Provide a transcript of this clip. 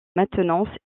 maintenance